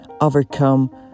overcome